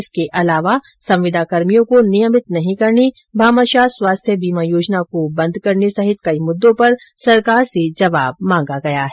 इसके अलावा संविदाकर्मियों को नियमित नहीं करने भामाशाह स्वास्थ्य बीमा योजना को बंद करने समेत कई मुद्दों पर सरकार से जवाब मांगा गया है